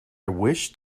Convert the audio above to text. wished